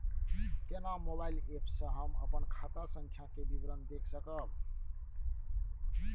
केना mobile app से हम अपन खाता संख्या के विवरण देख सकब?